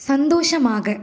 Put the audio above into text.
சந்தோஷமாக